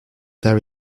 there